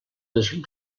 les